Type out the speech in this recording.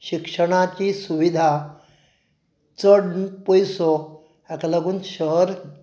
शिक्षणाची सुविधा चड पयसो हाका लागून शहर